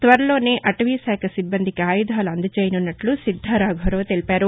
త్వరలోనే అటవీశాఖ సిబ్బందికి ఆయుధాలు అందజేయనున్నట్ల శిద్దా రాఘవరావు తెలిపారు